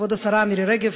כבוד השרה מירי רגב,